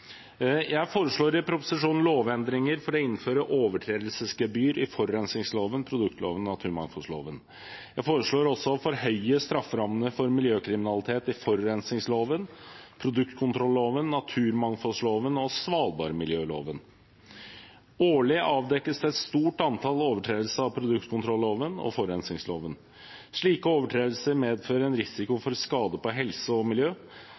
Jeg foreslår i proposisjonen lovendringer for å innføre overtredelsesgebyr i forurensningsloven, produktkontrolloven og naturmangfoldloven. Jeg foreslår også å forhøye strafferammene for miljøkriminalitet i forurensningsloven, produktkontrolloven, naturmangfoldloven og svalbardmiljøloven. Årlig avdekkes det et stort antall overtredelser av produktkontrolloven og forurensningsloven. Slike overtredelser medfører en risiko for skade på helse og miljø.